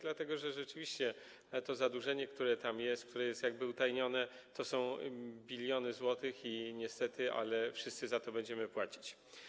Dlatego że rzeczywiście zadłużenie, które tam jest, które jest jakby utajnione, to są biliony złotych i niestety, ale wszyscy za to będziemy płacić.